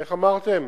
איך אמרתם,